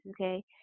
okay